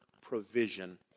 provision